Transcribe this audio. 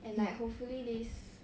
and like hopefully this